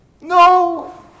No